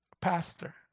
pastor